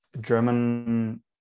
German